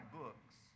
books